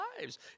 lives